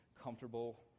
comfortable